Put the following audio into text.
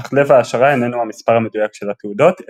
אך לב ההשערה איננו המספר המדויק של התעודות,